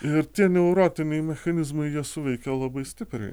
ir tie neurotiniai mechanizmai jie suveikia labai stipriai